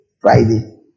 friday